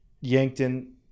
yankton